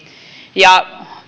ja